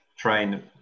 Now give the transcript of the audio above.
train